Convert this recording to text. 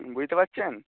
বুঝতে পারছেন